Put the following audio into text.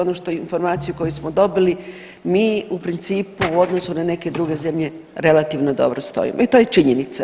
Ono što, informaciju koju smo dobili mi u principu u odnosu na neke druge zemlje relativno dobro stojimo i to je činjenica.